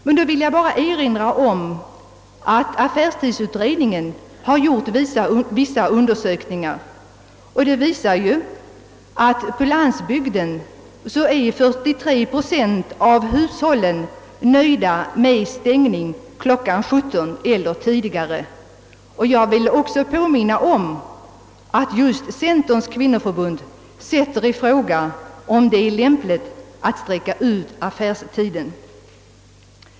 Jag vill då bara erinra om att affärstidsutredningen gjort vissa undersökningar som bl.a. visar, att 43 procent av hushållen på landsbygden är nöjda med stängning kl. 17 eller tidigare. Jag vill också påminna om att Centerns kvinnoförbund ifrågasatt om det är lämpligt att utsträcka affärstiden.